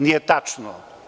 Nije tačno.